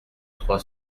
trois